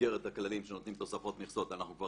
במסגרת הכללים שנותנים תוספות מכסות אנחנו כבר